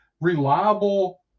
reliable